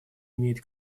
имеет